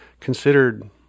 considered